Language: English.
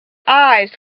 eyes